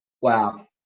wow